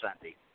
Sunday